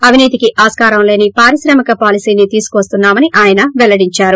అవినీతికి ఆస్కారం లేని పారిశ్రామిక పాలసీ ని తీసుకోస్తున్నా మని ఆయన పెల్లడించారు